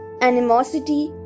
animosity